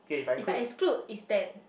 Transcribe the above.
if I exclude is ten